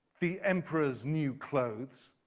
the emperor's new clothes?